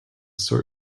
sort